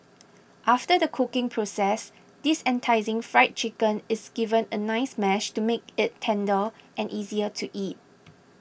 after the cooking process this enticing Fried Chicken is given a nice mash to make it tender and easier to eat